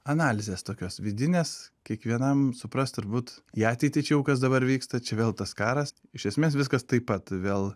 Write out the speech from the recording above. analizės tokios vidinės kiekvienam suprast turbūt į ateitį tačiau kas dabar vyksta čia vėl tas karas iš esmės viskas taip pat vėl